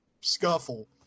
scuffle